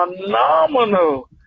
phenomenal